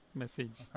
message